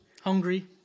hungry